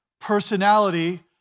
personality